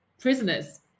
prisoners